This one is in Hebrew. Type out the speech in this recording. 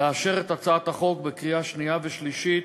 לאשר את הצעת החוק בקריאה שנייה ושלישית,